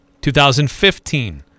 2015